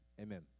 Amen